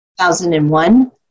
2001